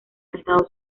arrestado